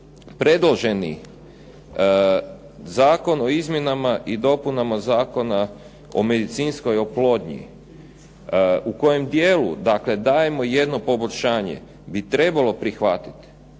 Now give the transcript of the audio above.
predloženi Zakon o izmjenama i dopunama Zakona o medicinskoj oplodnji u kojem dijelu dajemo jedno poboljšanje bi trebalo prihvatiti